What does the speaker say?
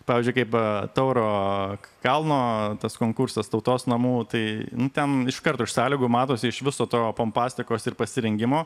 pavyzdžiui kaip tauro kalno tas konkursas tautos namų tai ten iškart už sąlygų matosi iš viso to pompastikos ir pasirengimo